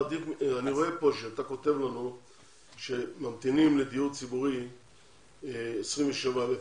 אני רואה שאתה כותב לנו שממתינים לדיור ציבורי 27,000 עולים,